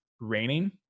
raining